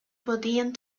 podían